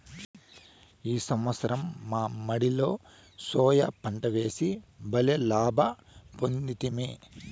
ఈ సంవత్సరం మా మడిలో సోయా పంటలేసి బల్లే లాభ పొందితిమి